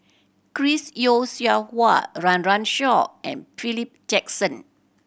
Chris Yeo Siew Hua Run Run Shaw and Philip Jackson